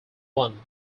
one